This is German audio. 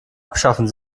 abschaffen